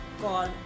call